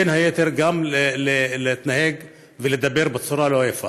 בין היתר גם להתנהג ולדבר בצורה לא יפה.